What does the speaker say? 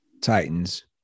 Titans